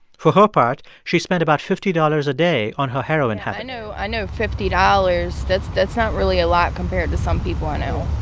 for her part, she spent about fifty dollars a day on her heroin habit i know fifty dollars that's that's not really a lot compared to some people i know